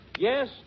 Yes